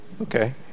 Okay